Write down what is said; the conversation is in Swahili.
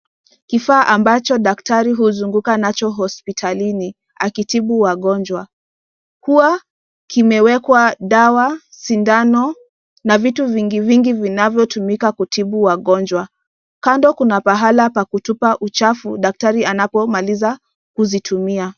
Kifaa ambacho daktari huzunguka nacho hospitalini akitibu wagonjwa huwa kimewekwa dawa sindano na vitu vingi vingi vinavyotumika kutibu wagonjwa. Kando kuna pahala pa kutupa uchafu daktari anapomaliza kuzitumia.